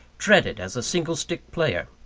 dreaded as a singlestick player.